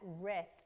rest